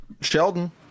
Sheldon